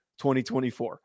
2024